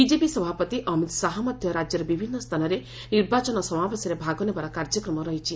BJP ସଭାପତି ଅମିତ ଶାହା ମଧ୍ୟ ରାଜ୍ୟର ବିଭିନ୍ନ ସ୍ଥାନରେ ନିର୍ବାଚନ ସମାବେଶରେ ଭାଗ ନେବାର କାର୍ଯ୍ୟକ୍ରମ ରହିଛି